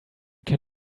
can